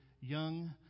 young